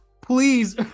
please